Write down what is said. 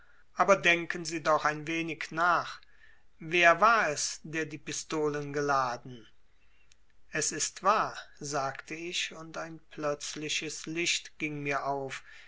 aber denken sie doch ein wenig nach wer es war der die pistolen geladen es ist wahr sagte ich und ein plötzliches licht ging mir auf